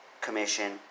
Commission